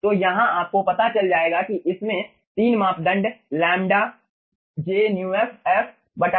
तो यहां आपको पता चल जाएगा कि इसमें 3 मापदंड लैम्ब्डा j μf f σ और jD μf हैं